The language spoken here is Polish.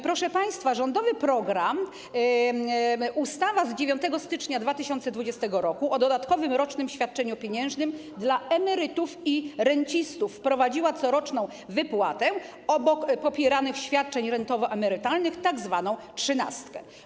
Proszę państwa, ustawa z dnia 9 stycznia 2020 r. o dodatkowym rocznym świadczeniu pieniężnym dla emerytów i rencistów wprowadziła coroczną wypłatę obok popieranych świadczeń rentowo-emerytalnych, tzw. trzynastkę.